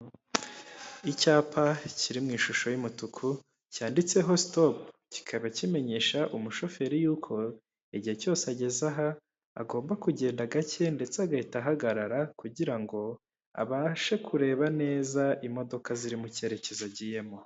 Icyapa kiri mu ishusho y'umutuku cyanditseho sitopu, kikaba kimenyesha umushoferi yuko igihe cyose ageze aha agomba kugenda gake ndetse agahita ahagarara kugira ngo abashe kureba neza imodoka ziri mu cyerekezo agiyemo.